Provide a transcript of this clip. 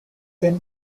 thin